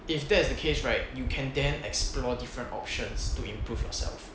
if that's the case right you can then explore different options to improve yourself